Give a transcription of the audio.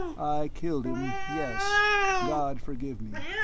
i killed him, yes god forgive me,